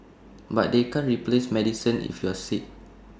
but they can't replace medicine if you're sick